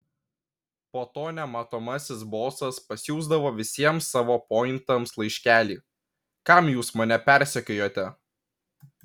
po to nematomasis bosas pasiųsdavo visiems savo pointams laiškelį kam jūs mane persekiojate